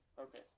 Okay